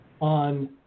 on